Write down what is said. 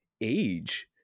age